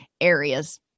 areas